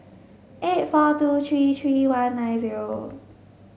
eight four two three three one nine zero